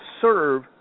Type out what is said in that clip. serve